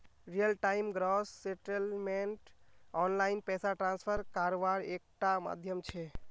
real time gross settlement online पैसा transfer कारवार एक टा माध्यम छे